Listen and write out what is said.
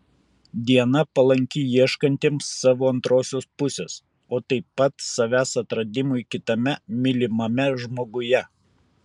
diena palanki ieškantiems savo antrosios pusės o taip pat savęs atradimui kitame mylimame žmoguje